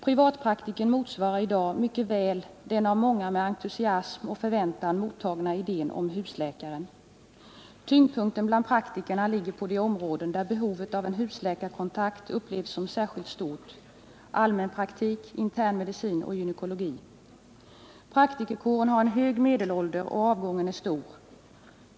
Privatpraktikern motsvarar i dag mycket väl den av många med entusiasm och förväntan mottagna idén om husläkaren. Tyngdpunkten i praktikernas verksamhet ligger på de områden där behovet av en husläkarkontakt upplevs som särskilt stort: allmänpraktik, intern medicin och gynekologi. Praktikerkåren har hög medelålder, och avgången är stor.